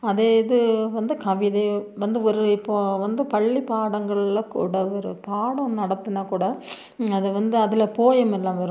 அதே இது வந்து கவிதை வந்து ஒரு இப்போது வந்து பள்ளிப் பாடங்கள்ல கூட ஒரு பாடம் நடத்துனால் கூட அது வந்து அதில் போயமெல்லாம் வரும்